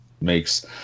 makes